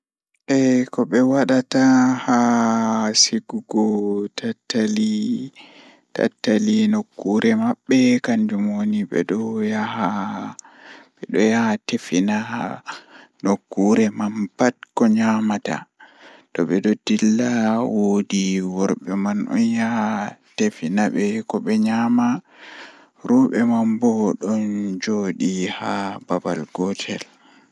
Eh ndikka jannga haala ceede Ko sabu ngal, yimɓe foti waawi sosde noyiɗɗo e laawol tawa leydi e nder caɗeele. Economics e finance no waawi heɓugol maɓɓe ngal on, ko fayde ɗum e tawti caɗeele e noyiɗɗo e keewɗi ngam ngoodi. Kono, waɗde economics e finance no waawi njama faami ko moƴƴi e ɓe waɗtudee firtiimaaji ngal e ngal hayɓe.